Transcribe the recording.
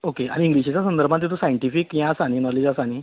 okay आनी इग्लिशीच्या संर्दभांत तेतूंत सायटिफीक ये आसा न्ही नोलेज आसा न्ही